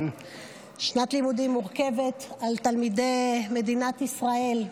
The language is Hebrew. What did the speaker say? שנת לימודים מורכבת על תלמידי מדינת ישראל,